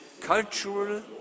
Cultural